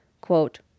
quote